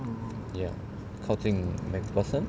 ya 靠近 macpherson